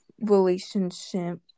relationship